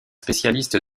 spécialiste